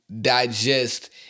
digest